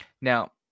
Now